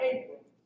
April